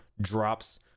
drops